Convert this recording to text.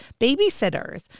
babysitters